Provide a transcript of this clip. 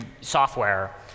software